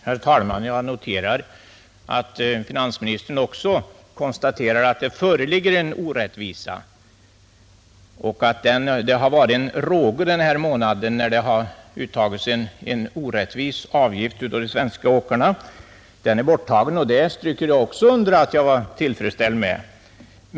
Herr talman! Jag noterar att finansministern också konstaterar att det förelåg en orättvisa och att det har varit en råge denna månad när det uttagits en orättvis avgift av de svenska åkarna. Den är nu borttagen och jag stryker under att denna tagits bort tills vidare.